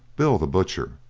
bill the butcher,